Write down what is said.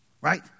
right